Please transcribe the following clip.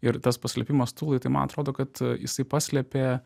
ir tas paslėpimas tuloj tai man atrodo kad jisai paslėpė